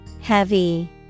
Heavy